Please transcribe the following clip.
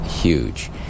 huge